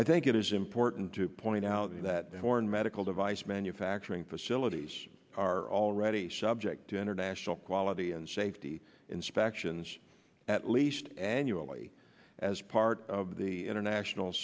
i think it is important to point out that foreign medical device manufacturing facilities are already subject to international quality and safety inspections at least annually as part of the international